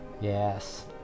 yes